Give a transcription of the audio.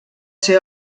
ser